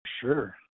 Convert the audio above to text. Sure